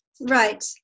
Right